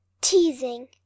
Teasing